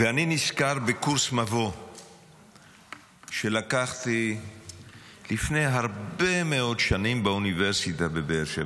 ואני נזכר בקורס מבוא שלקחתי לפני הרבה מאוד שנים באוניברסיטה בבאר שבע,